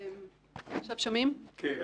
האחרונות ואני